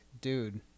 dude